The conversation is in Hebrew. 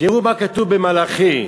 תראו מה כתוב במלאכי: